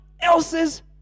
else's